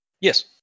Yes